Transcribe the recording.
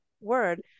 word